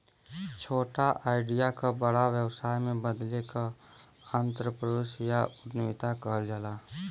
छोटा आईडिया क बड़ा व्यवसाय में बदले क आंत्रप्रनूरशिप या उद्दमिता कहल जाला